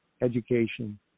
education